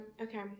Okay